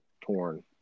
torn